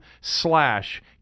slash